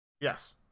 Yes